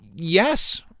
Yes